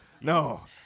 No